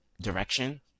direction